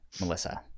melissa